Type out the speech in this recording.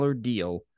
deal